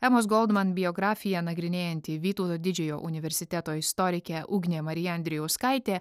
emos goldman biografiją nagrinėjanti vytauto didžiojo universiteto istorikė ugnė marija andrijauskaitė